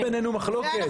אין בינינו מחלוקת.